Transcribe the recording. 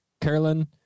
Carolyn